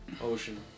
ocean